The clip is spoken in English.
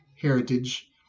heritage